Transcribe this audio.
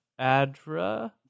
ADRA